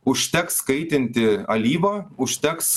užteks kaitinti alyvą užteks